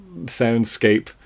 soundscape